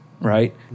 right